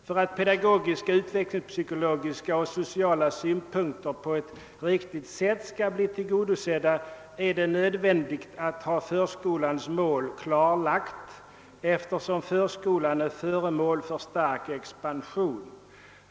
För att pedagogiska, utvecklingspsykologiska och sociala synpunkter på ett riktigt sätt skall bli tillgodosedda är det nödvändigt att ha förskolans mål klarlagt, eftersom förskolan är föremål för en stark expansion.